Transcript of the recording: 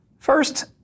First